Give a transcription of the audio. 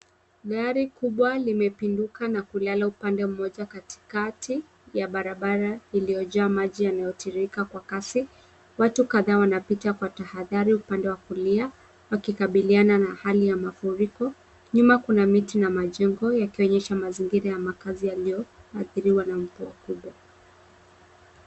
Gari kubwa limepinduka na kulala upande moja katikati ya barabara iliyojaa maji yanayotiririka kwa Kasi. Watu kadhaa wanatembea kwa tahadhari upande wa kulia wakikabiliana na hali ya mafuriko. Nyuma kuna miti na majengo yakionyesha mazingira yalioathiriwa na mvua kubwa .